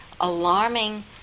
alarming